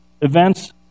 events